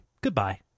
Goodbye